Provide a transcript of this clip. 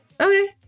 okay